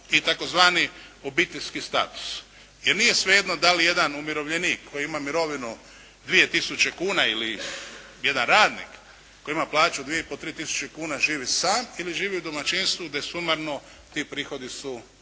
i tzv. obiteljski status jer nije svejedno da li jedan umirovljenik koji ima mirovinu 2 tisuće kuna ili jedan radnik koji ima plaću 2,5 do 3 tisuće kuna živi sam ili živi u domaćinstvu gdje sumarno ti prihodi su